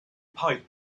pipe